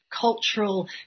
cultural